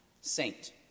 saint